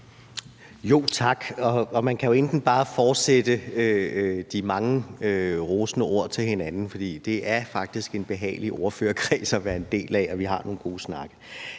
Tak. Man kan jo egentlig bare fortsætte med de mange rosende ord til hinanden, for det er faktisk en behagelig ordførerkreds at være en del af, og vi har nogle gode snakke.